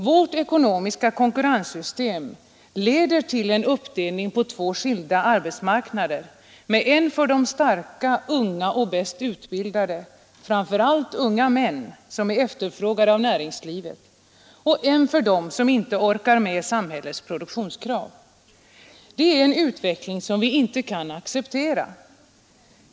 Vårt ekonomiska konkurrenssystem leder till en uppdelning på två skilda arbetsmarknader med en för de starka, unga och bäst utbildade, framför allt unga män, som är efterfrågade av näringslivet, och en för dem som inte orkar med samhällets produktionskrav. Det är en utveckling som vi inte kan acceptera.